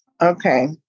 Okay